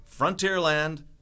Frontierland